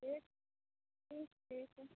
एक तीन एक शून्य